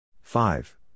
five